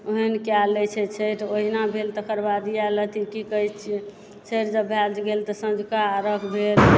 ओहनि केलै छै छठि ओहिना भेल तकर बाद इहे लऽ तऽ की कहै छिऐ छठि जब भए गेल तऽ साँझका अरघ भेल